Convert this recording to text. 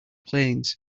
planes